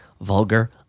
vulgar